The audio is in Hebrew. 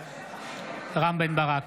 בעד רם בן ברק,